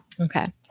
Okay